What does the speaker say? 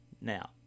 Now